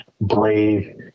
brave